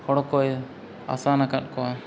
ᱦᱚᱲ ᱠᱚᱭ ᱟᱥᱟᱱ ᱟᱠᱟᱫ ᱠᱚᱣᱟ